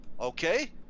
okay